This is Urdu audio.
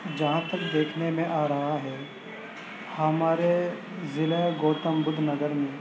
جہاں تک دیکھنے میں آ رہا ہے ہمارے ضلع گوتم بدھ نگر میں